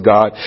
God